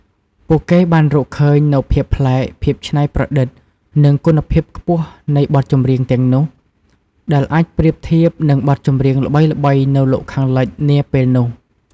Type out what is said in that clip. ពួកគេបានរកឃើញនូវភាពប្លែក ភាពច្នៃប្រឌិត និងគុណភាពខ្ពស់នៃបទចម្រៀងទាំងនោះ ដែលអាចប្រៀបធៀបនឹងបទចម្រៀងល្បីៗនៅលោកខាងលិចនាពេលនោះ។